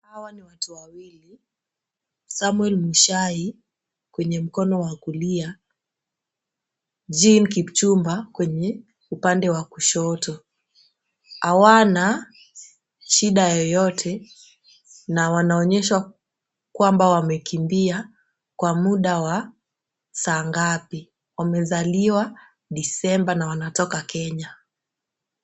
Hawa ni watu wawili, Samwel Mushai kwenye mkono wa kulia, Jean Kipchumba kwenye upande wa kushoto. Hawana shida yoyote na wanaonyeshwa kwamba wamekimbia kwa muda wa saa ngapi. Wamezaliwa Disemba na wanatoka Kenya.